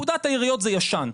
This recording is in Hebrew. פקודת העיריות זה ישן,